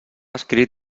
escrit